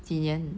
几年